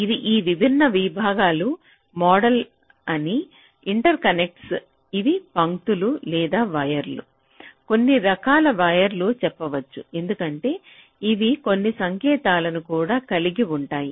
ఇది ఈ విభిన్న విభాగాల వెడల్పు ఇవి ఇంటర్కనెక్ట్లు ఇవి పంక్తులు లేదా వైర్లు కొన్ని రకాల వైర్లు చెప్పవచ్చు ఎందుకంటే అవి కొన్ని సంకేతాలను కూడా కలిగి ఉంటాయి